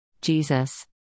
Jesus